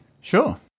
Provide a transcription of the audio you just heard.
sure